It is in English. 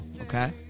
Okay